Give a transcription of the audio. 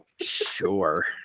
Sure